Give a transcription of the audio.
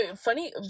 funny